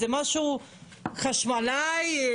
זה חשמלאי,